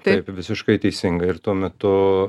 taip visiškai teisinga ir tuo metu